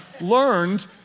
learned